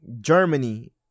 Germany